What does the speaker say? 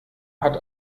hat